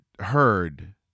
heard